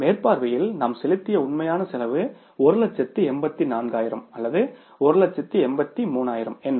மேற்பார்வையில் நாம் செலுத்திய உண்மையான செலவு 184000 அல்லது 183000 ஆயிரம் என்ன